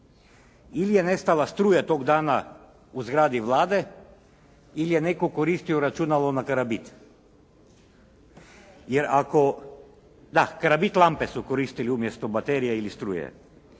ili je nestala struja tog dana u zgradi Vlade ili je netko koristio računalo na karabit. Jer ako, da karabit lampe koristili umjesto baterija ili struje.